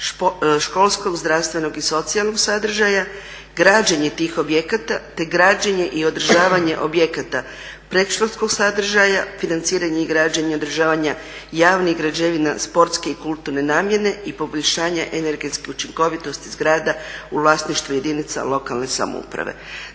školskog, zdravstvenog i socijalnog sadržaja, građenje tih objekata te građenje i održavanje objekata predškolskog sadržaja, financiranje i građenje održavanja javnih građevina sportske i kulturne namjene i poboljšanje energetske učinkovitosti zgrada u vlasništvu jedinica lokalne samouprave.